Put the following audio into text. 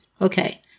Okay